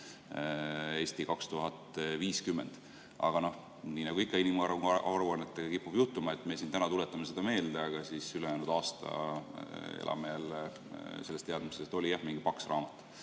"Eesti 2050". Aga nii nagu ikka inimarengu aruannetega kipub juhtuma, me siin täna tuletame seda meelde, aga ülejäänud aasta elame jälle selles teadmises, et oli jah mingi paks raamat.